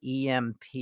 EMP